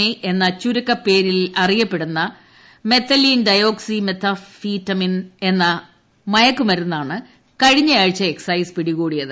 A എന്ന ചുരുക്കപ്പേരിലറിയപ്പെടുന്ന methylene dioxy methamphetamine മയക്കുമരുന്നാണ് കഴിഞ്ഞയാഴ്ച എന്ന പിടികൂടിയത്